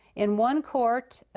in one court,